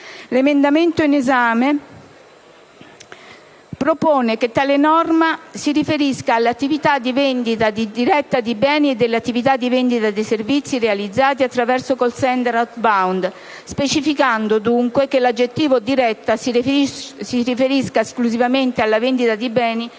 L'emendamento in esame propone di chiarire che tale norma si riferisca alle attività di vendita diretta di beni e alle attività di vendita di servizi, realizzate attraverso *call center outbound*, specificando, dunque, che l'aggettivo «diretta» si riferisce esclusivamente alla vendita di beni